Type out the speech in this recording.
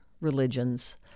religions